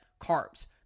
carbs